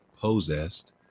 possessed